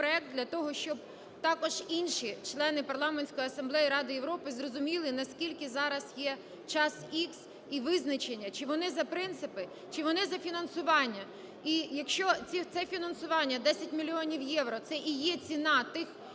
законопроект для того, щоб також інші члени Парламентської асамблеї Ради Європи зрозуміли, наскільки зараз є час ікс, і визначення: чи вони за принципи, чи вони за фінансування. І якщо це фінансування - 10 мільйонів євро - це і є ціна тих